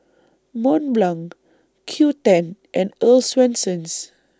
Mont Blanc Qoo ten and Earl's Swensens